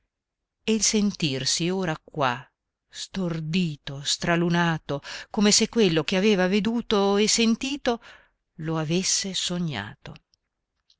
e il sentirsi ora qua stordito stralunato come se quello che aveva veduto e sentito lo avesse sognato